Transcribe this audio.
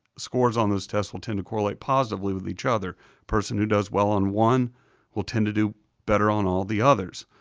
scores on those tests will tend to correlate positively with each other. a person who does well on one will tend to do better on all the others.